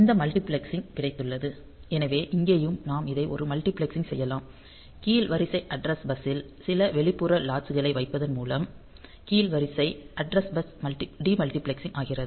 இந்த மல்டிபிளெக்சிங் கிடைத்துள்ளது எனவே இங்கேயும் நாம் இதை ஒரு மல்டிபிளெக்ஸிங் செய்யலாம் கீழ் வரிசை அட்ரஸ் பஸ் ஸில் சில வெளிப்புற லாட்சு களை வைப்பதன் மூலம் கீழ் வரிசை அட்ரஸ் பஸ் டிமல்டிபிளக்சிங் ஆகிறது